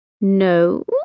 No